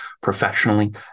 professionally